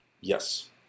Yes